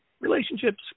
relationships